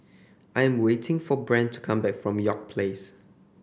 I am waiting for Brent come back from York Place